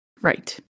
Right